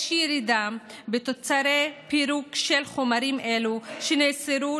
ירידה בתוצרי פירוק של חומרים אלו שנאסרו,